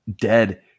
dead